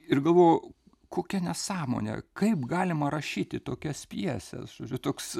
ir galvojau kokia nesąmonė kaip galima rašyti tokias pjeses žodžiu toks